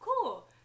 cool